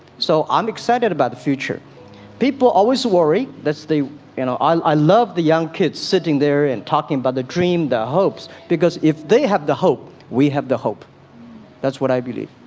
so i'm excited about the future people always worry that's the you know i love the young kids sitting there and talking about the dream their hopes because if they have the hope we have the hope that's what i believe